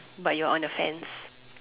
but you're on a fence